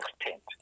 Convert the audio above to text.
extent